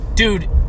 Dude